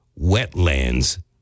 Wetlands